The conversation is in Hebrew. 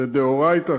זה דאורייתא,